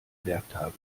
werktage